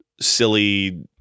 silly